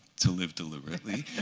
to live deliberately.